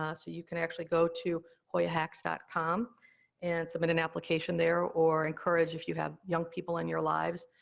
ah so you can actually go to hoyahacks dot com and submit an application there, or encourage, if you have young people in your lives,